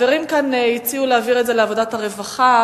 החברים כאן הציעו להעביר את הנושא לוועדת העבודה והרווחה,